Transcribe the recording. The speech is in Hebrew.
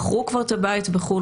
מכרו כבר את הבית בחו"ל,